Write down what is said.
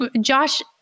Josh